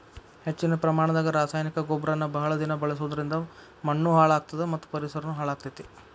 ಹೆಚ್ಚಿನ ಪ್ರಮಾಣದಾಗ ರಾಸಾಯನಿಕ ಗೊಬ್ಬರನ ಬಹಳ ದಿನ ಬಳಸೋದರಿಂದ ಮಣ್ಣೂ ಹಾಳ್ ಆಗ್ತದ ಮತ್ತ ಪರಿಸರನು ಹಾಳ್ ಆಗ್ತೇತಿ